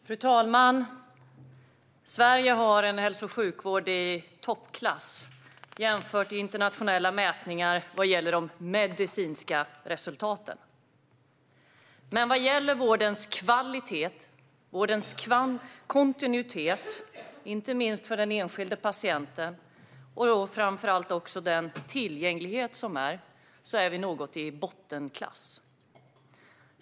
Fru talman! Sverige har en hälso och sjukvård i toppklass i internationella mätningar där de medicinska resultaten jämförts. Men när det gäller vårdens kvalitet och kontinuitet, inte minst för den enskilda patienten, och framför allt tillgängligheten är vi i bottenklass.